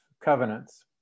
covenants